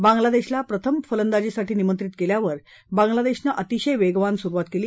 बांगलादेशला प्रथम फलंदाजीसाठी आमंत्रित केल्यावर बांगलादेशनं अतिशय वेगवान सुरुवात केली